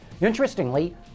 Interestingly